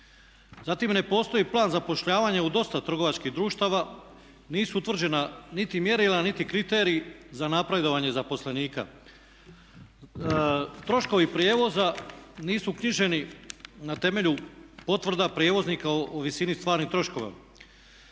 Zatim ne postoji plan zapošljavanja u dosta trgovačkih društava, nisu utvrđena niti mjerila, niti kriteriji za napredovanje zaposlenika. Troškovi prijevoza nisu knjiženi na temelju potvrda prijevoznika o visini stvarnih troškova.